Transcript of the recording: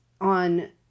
on